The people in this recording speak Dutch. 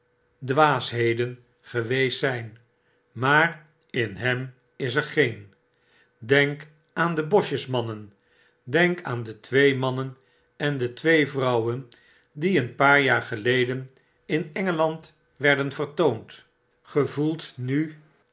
dwaa'sheden geweest zyn maar in hem is er geen denk aan de bosjesmannen denk aan de twee mannen en de twee vrouwen die een paar jaar geleden in engeland werden vertoond gevoelt nu